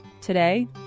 Today